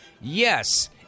Yes